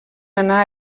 anar